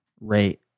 rate